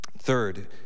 Third